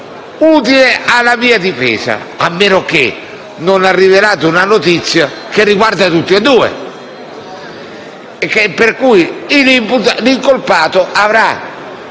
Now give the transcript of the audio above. utile alla mia difesa? A meno che non abbia rivelato una notizia che riguarda tutti e due, per cui l'incolpato avrà